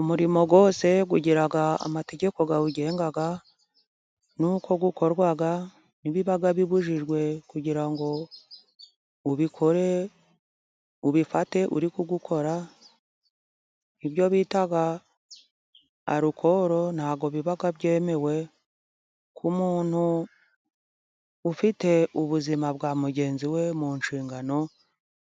Umurimo wose ugira amategeko bawugenga, n'uko gukorwa n'ibiba bibujijwe kugira ngo ubikore ,ubifate uri gukora, ibyo bita alukoro ntabwo biba byemewe ,ku muntu ufite ubuzima bwa mugenzi we mu nshingano,